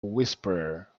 whisperer